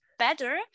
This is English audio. better